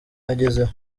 agezeho